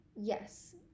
Yes